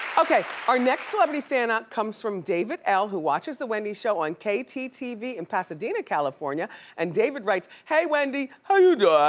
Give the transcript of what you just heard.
okay, our next celebrity fan out comes from david l who watches the wendy show on kttv in pasadena, california and david writes, hey wendy, how you doin'?